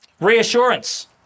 Reassurance